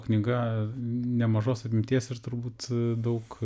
knyga nemažos apimties ir turbūt daug